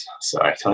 sorry